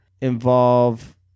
involve